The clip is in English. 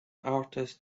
artist